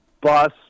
bus